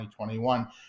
2021